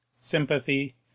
sympathy